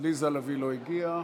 עליזה לביא לא הגיעה.